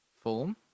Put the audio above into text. form